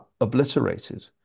obliterated